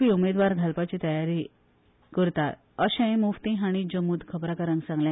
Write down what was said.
पी उमेदवार घालपाची तयारी करता अशेय मुफ्ती हाणी जम्मु त खबराकारांक सांगले